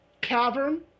cavern